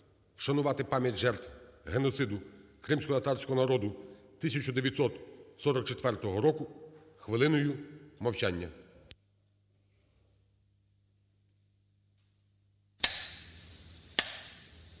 вшанувати пам'ять жертв геноциду кримськотатарського народу 1944 року хвилиною мовчання.